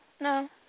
no